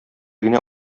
генә